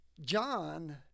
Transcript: John